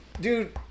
dude